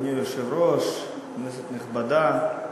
אדוני היושב-ראש, כנסת נכבדה,